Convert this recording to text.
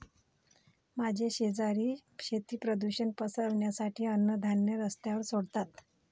माझे शेजारी शेती प्रदूषण पसरवण्यासाठी अन्नधान्य रस्त्यावर सोडतात